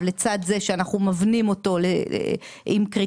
לצד זה שאנחנו מבנים אותו עם קריטריונים.